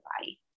body